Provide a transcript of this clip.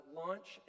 launch